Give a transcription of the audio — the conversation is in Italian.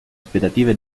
aspettative